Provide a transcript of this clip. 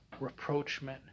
reproachment